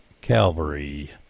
Calvary